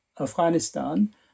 Afghanistan